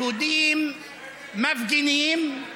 יהודים מפגינים, ערבים,